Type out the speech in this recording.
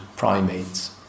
Primates